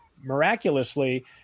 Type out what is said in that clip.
miraculously